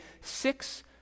six